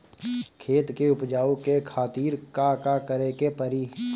खेत के उपजाऊ के खातीर का का करेके परी?